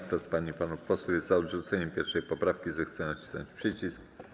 Kto z pań i panów posłów jest za odrzuceniem 1. poprawki, zechce nacisnąć przycisk.